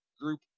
group